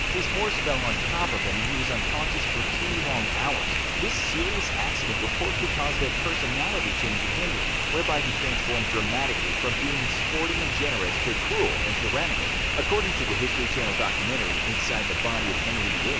his horse fell on top of him and he was unconscious for two long hours. this serious accident reportedly caused a personality change in henry whereby he transformed dramatically from being sporty and generous to cruel and tyrannical. according to the history channel documentary, inside the body of henry viii,